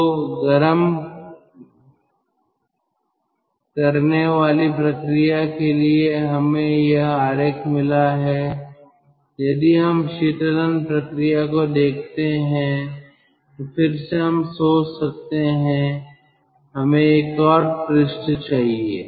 तो गर्म करने वाली प्रक्रिया के लिए हमें यह आरेख मिला है अब यदि हम शीतलन प्रक्रिया को देखते हैं तो फिर से हम सोच सकते हैं हमें एक और पृष्ठ चाहिए